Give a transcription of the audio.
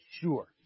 sure